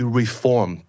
reform